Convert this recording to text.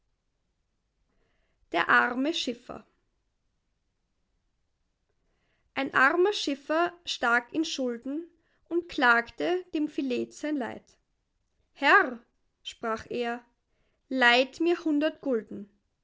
der arme schiffer ein armer schiffer stak in schulden und klagte dem philet sein leid herr sprach er leiht mir hundert gulden